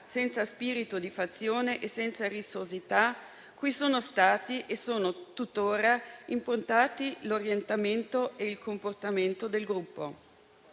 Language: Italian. senza spirito di fazione e senza rissosità, cui sono stati e sono tuttora improntanti l'orientamento e il comportamento del Gruppo.